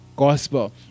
gospel